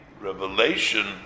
revelation